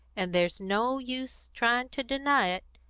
and there's no use trying to deny it.